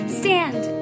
stand